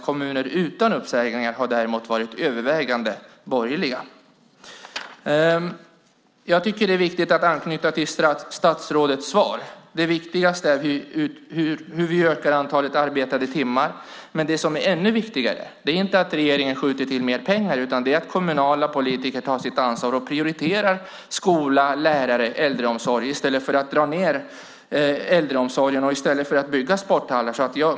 Kommuner utan uppsägningar har däremot övervägande varit borgerliga. Det är viktigt att anknyta till statsrådets svar. Det är viktigt hur vi ökar antalet arbetade timmar. Men det som är ännu viktigare är inte att regeringen skjuter till pengar utan att kommunala politiker tar sitt ansvar och prioriterar skola, lärare och äldreomsorg i stället för att dra ned äldreomsorgen och bygga sporthallar.